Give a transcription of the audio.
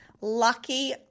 lucky